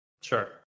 Sure